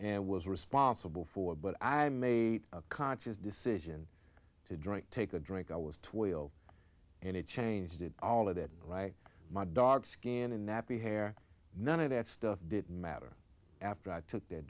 and was responsible for but i made a conscious decision to drink take a drink i was twelve and it changed all of that right my dark skin and nappy hair none of that stuff didn't matter after i took th